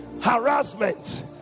harassment